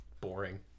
boring